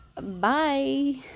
Bye